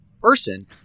person